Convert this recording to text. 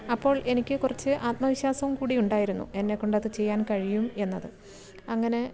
അപ്പോൾ എനിക്ക് കുറച്ച് ആത്മവിശ്വാസം കൂടി ഉണ്ടായിരുന്നു എന്നെക്കൊണ്ടത് ചെയ്യാൻ കഴിയും എന്നത് അങ്ങനെ